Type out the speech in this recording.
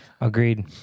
Agreed